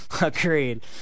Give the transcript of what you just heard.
agreed